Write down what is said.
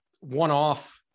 one-off